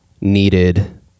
needed